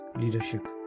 leadership